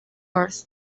earth